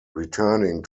returning